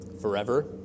Forever